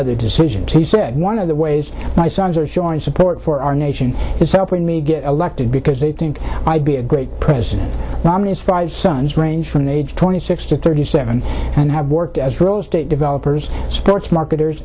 other decision he said one of the ways my sons are showing support for our nation is helping me get elected because they think i'd be a great president romney's five sons range from age twenty six to thirty seven and have worked as real estate developers sports marketers